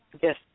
Yes